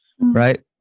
right